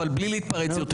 אבל בלי להתפרץ יותר.